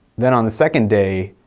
then on the second day,